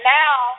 now